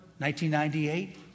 1998